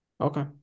Okay